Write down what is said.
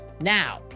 Now